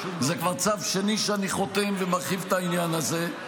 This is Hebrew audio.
זה כבר צו שני שאני חותם ומרחיב את העניין הזה.